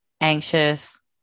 anxious